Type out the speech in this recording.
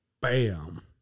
bam